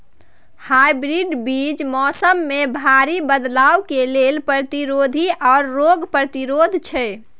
hybrid बीज मौसम में भारी बदलाव के लेल प्रतिरोधी आर रोग प्रतिरोधी छै